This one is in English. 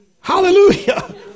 Hallelujah